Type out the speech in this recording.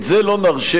את זה לא נרשה,